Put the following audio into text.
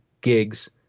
gigs